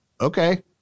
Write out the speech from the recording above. okay